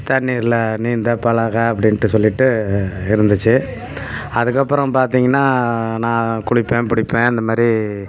தண்ணீரில் நீந்த பழக அப்படின்ட்டு சொல்லிட்டு இருந்துச்சு அதுக்கப்புறம் பார்த்தீங்கன்னா நான் குளிப்பேன் பிடிப்பேன் இந்த மாதிரி